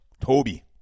Toby